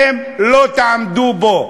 אתם לא תעמדו בו,